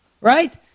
Right